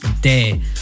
day